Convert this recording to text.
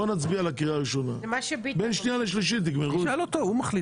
בואו נצביע על הקריאה הראשונה ובין קריאה שנייה ושלישית תגמרו את זה.